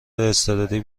اضطراری